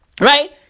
Right